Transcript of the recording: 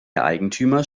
eigentümer